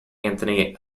anthony